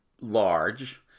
large